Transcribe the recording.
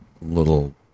little